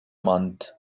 month